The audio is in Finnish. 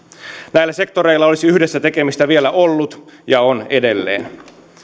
näillä sektoreilla olisi yhdessä tekemistä vielä ollut ja on edelleen